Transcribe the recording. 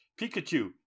Pikachu